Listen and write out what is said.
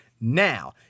Now